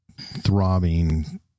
throbbing